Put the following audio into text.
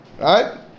right